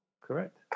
correct